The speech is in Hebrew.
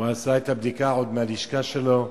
הוא עשה את הבדיקה עוד מהלשכה שלו.